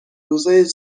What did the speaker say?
روزای